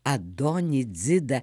adonį dzidą